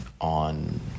on